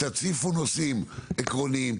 תציפו נושאים עקרוניים,